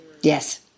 Yes